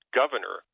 governor